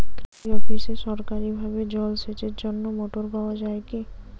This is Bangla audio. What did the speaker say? কৃষি অফিসে সরকারিভাবে জল সেচের জন্য মোটর পাওয়া যায় কি?